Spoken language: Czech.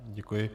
Děkuji.